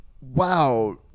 wow